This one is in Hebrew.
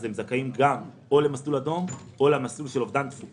אז הם זכאים גם למסלול אדום או למסלול של אובדן תפוקה.